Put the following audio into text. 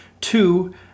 two